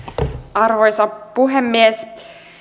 arvoisa puhemies